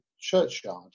churchyard